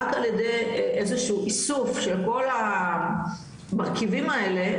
רק על ידי איזשהו איסוף של כל המרכיבים האלה,